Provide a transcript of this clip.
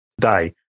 today